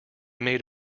made